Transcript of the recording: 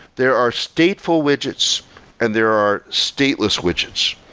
there are stateful widgets and there are stateless widgets.